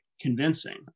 convincing